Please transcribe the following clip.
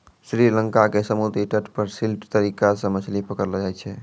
श्री लंका के समुद्री तट पर स्टिल्ट तरीका सॅ मछली पकड़लो जाय छै